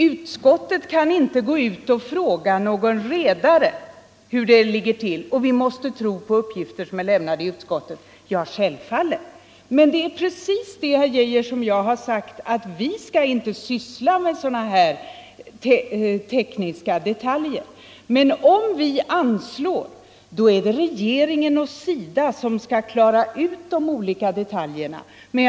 ”Utskottet kan inte gå ut och fråga någon redare hur det ligger till, och vi måste tro på uppgifter som är lämnade i utskottet.” —- Ja, självfallet, men det är precis det jag har sagt: Vi skall inte syssla med tekniska detaljer. Men om vi ger ett anslag är det regeringen och SIDA som skall sköta det praktiska utförandet.